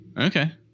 Okay